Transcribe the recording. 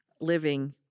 living